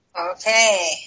Okay